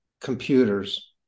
computers